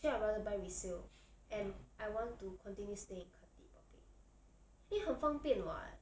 actually I rather buy resale and I want to continue stay in khatib 宝贝因为很方便 [what]